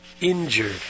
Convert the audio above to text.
injured